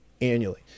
annually